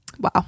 Wow